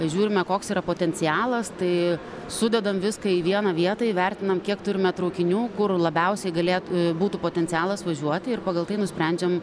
žiūrime koks yra potencialas tai sudedam viską į vieną vietą įvertinam kiek turime traukinių kur labiausiai galėt būtų potencialas važiuoti ir pagal tai nusprendžiam